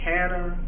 Hannah